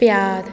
प्यारु